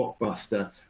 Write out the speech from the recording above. blockbuster